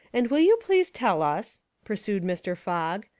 and will you please tell us, pursued mr. fogg,